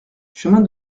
chemin